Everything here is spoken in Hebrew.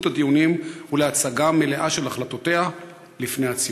הדיונים ולהצגה מלאה של החלטותיה לפני הציבור?